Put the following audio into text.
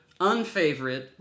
unfavorite